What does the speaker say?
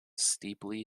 steeply